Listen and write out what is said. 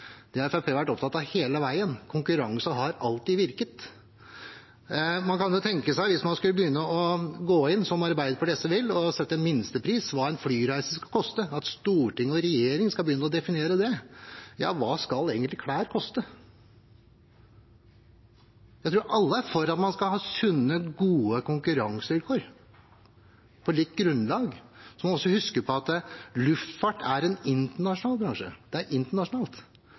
Det har Fremskrittspartiet vært opptatt av hele veien. Konkurranse har alltid virket. Man kan jo tenke seg hvis man skulle begynne å gå inn, som Arbeiderpartiet og SV vil, og sette en minstepris på hva en flyreise skal koste, at storting og regjering skal begynne å definere det. Ja, hva skal egentlig klær koste? Jeg tror alle er for at man skal ha sunne, gode konkurransevilkår på likt grunnlag. Man må også huske på at luftfart er en internasjonal bransje, det er internasjonalt.